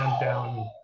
down